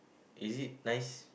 is it nice